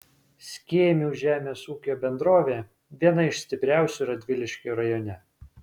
skėmių žemės ūkio bendrovė viena iš stipriausių radviliškio rajone